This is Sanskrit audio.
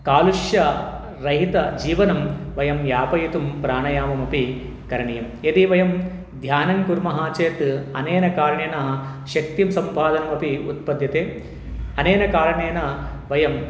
कालुष्यरहितजीवनं वयं यापयितुं प्राणायाममपि करणीयं यदि वयं ध्यानं कुर्मः चेत् अनेन कारणेन शक्तिं सम्पादनमपि उत्पद्यते अनेन कारणेन वयम्